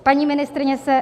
Paní ministryně se...